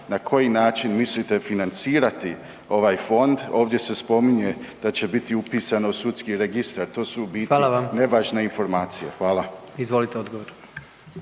na koji način mislite financirati ovaj fond. Ovdje se spominje da će biti upisano u sudski registar, to su u biti .../Upadica: Hvala vam./...